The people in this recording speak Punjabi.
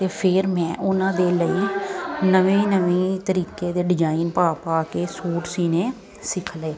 ਅਤੇ ਫਿਰ ਮੈਂ ਉਹਨਾਂ ਦੇ ਲਈ ਨਵੇਂ ਨਵੇਂ ਤਰੀਕੇ ਦੇ ਡਿਜਾਇਨ ਪਾ ਪਾ ਕੇ ਸੂਟ ਸਿਊਣੇ ਸਿੱਖ ਲਏ